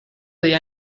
degli